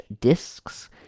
disks